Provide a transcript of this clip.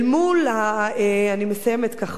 נא לסיים.